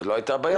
לא הייתה בעיה.